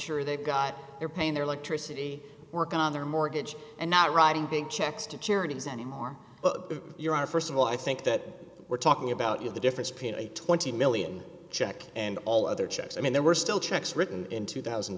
sure they've got they're paying their electricity work on their mortgage and not writing big checks to charities anymore you are st of all i think that we're talking about you the difference between a twenty million check and all other checks i mean there were still checks written in two thousand